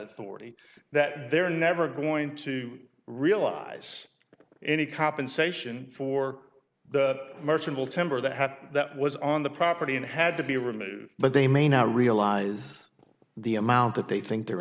authority that they're never going to realize any compensation for the merchant will temper that that was on the property and had to be removed but they may not realize the amount that they think they're